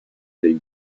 del